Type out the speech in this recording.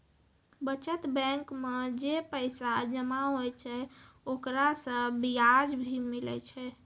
बचत बैंक मे जे पैसा जमा होय छै ओकरा से बियाज भी मिलै छै